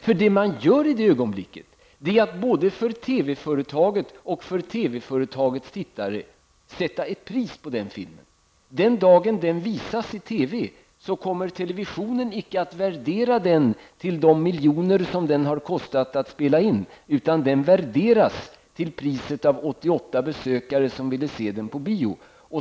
Det som man gör i detta ögonblick är att både för TV-företaget och för TV-företagets tittare sätta ett pris på den filmen. Den dagen som den filmen visas i TV kommer televisionen inte att värdera den till de miljoner som den har kostat att spela in, utan den kommer att värderas till priset av 88 besökare som ville se den på bio.